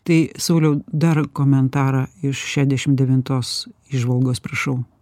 tai sauliau dar komentarą iš šešiasdešim devintos įžvalgos prašau